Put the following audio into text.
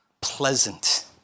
pleasant